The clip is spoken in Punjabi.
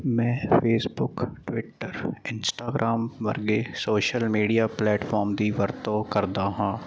ਮੈਂ ਫੇਸਬੁੱਕ ਟਵਿੱਟਰ ਇੰਸਟਾਗਰਾਮ ਵਰਗੇ ਸੋਸ਼ਲ ਮੀਡੀਆ ਪਲੇਟਫਾਰਮ ਦੀ ਵਰਤੋਂ ਕਰਦਾ ਹਾਂ